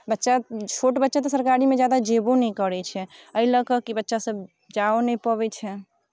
बच्चा छोट बच्चा तऽ सरकारीमे ज्यादा जयबो नहि करैत छै एहि लऽ कऽ कि बच्चासभ जाएओ नहि पबैत छै